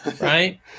right